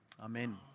Amen